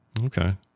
Okay